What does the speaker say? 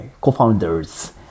co-founders